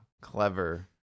clever